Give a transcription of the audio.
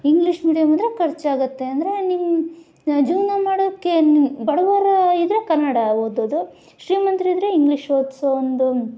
English medium ಅಂದರೆ ಖರ್ಚಾಗುತ್ತೆ ಅಂದರೆ ನಿಮ್ಮ ಜೀವನ ಮಾಡೋಕ್ಕೆ ನಿನ್ನ ಬಡವರ ಇದ್ದರೆ ಕನ್ನಡ ಓದೋದು ಶ್ರೀಮಂತರಿದ್ರೆ ಇಂಗ್ಲೀಷ್ ಓದಿಸೋ ಒಂದು